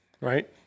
right